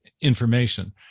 information